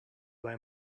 buy